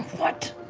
what?